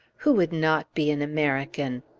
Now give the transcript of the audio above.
who would not be an american?